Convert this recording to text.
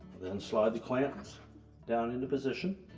then slide the clamps down into position,